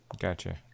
Gotcha